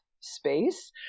space